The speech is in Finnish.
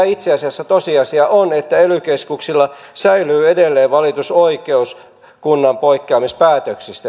itse asiassa tosiasia on että ely keskuksilla säilyy edelleen valitusoikeus kunnan poikkeamispäätöksistä